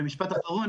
ומשפט אחרון,